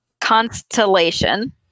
constellation